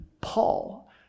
Paul